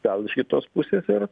gal iš kitos pusės ir